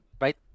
right